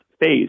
phase